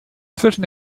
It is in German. zwischen